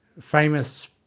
famous